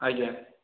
ଆଜ୍ଞା